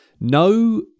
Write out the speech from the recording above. No